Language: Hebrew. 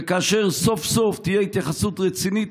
וכאשר סוף-סוף תהיה התייחסות רצינית